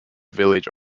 village